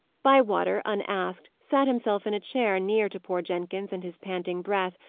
bywater, unasked, sat himself in a chair near to poor jenkins and his panting breath,